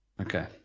Okay